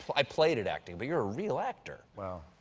i played at acting, but you're a real actor. well,